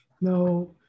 no